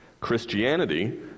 Christianity